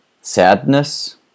sadness